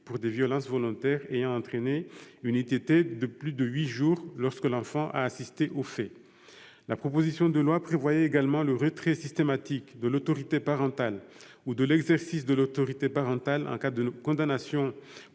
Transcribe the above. pour des violences volontaires ayant entraîné une ITT de plus de huit jours, lorsque l'enfant a assisté aux faits. La proposition de loi prévoyait également le retrait systématique de l'autorité parentale ou de l'exercice de l'autorité parentale en cas de condamnation